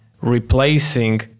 replacing